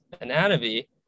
anatomy